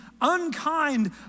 unkind